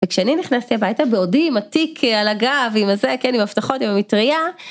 וכשאני נכנסתי הביתה בעודי עם התיק על הגב, עם הזה, כן, עם המפתחות, עם המטריה.